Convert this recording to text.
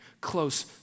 close